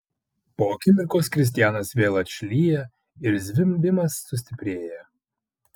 po akimirkos kristianas vėl atšlyja ir zvimbimas sustiprėja